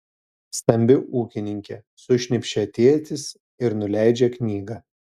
stambi ūkininkė sušnypščia tėtis ir nuleidžia knygą